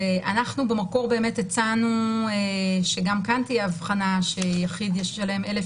אנחנו במקור באמת הצענו שגם כאן תהיה הבחנה שיחיד ישלם 1,000